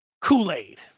Kool-Aid